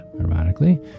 ironically